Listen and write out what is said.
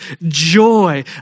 joy